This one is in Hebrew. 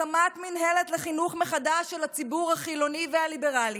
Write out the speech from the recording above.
הקמת מינהלת לחינוך מחדש של הציבור החילוני והליברלי,